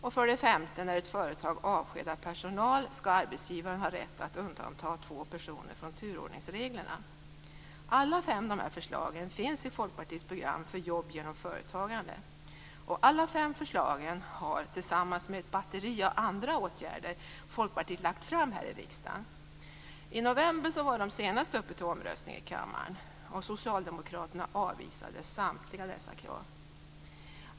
5. När ett företag avskedar personal skall arbetsgivaren ha rätt att undanta två personer från turordningsreglerna. Alla fem förslagen finns i Folkpartiets program för Jobb genom företagande. Alla fem förslagen har - tillsammans med ett batteri av andra åtgärder - Folkpartiet lagt fram i riksdagen. I november var de senast uppe till omröstning i kammaren. Socialdemokraterna avvisade samtliga dessa krav.